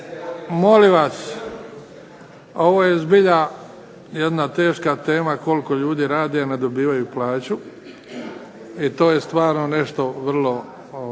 se./… Ovo je zbilja jedna teška tema, koliko ljudi radi, a ne dobivaju plaću. I to je stvarno nešto vrlo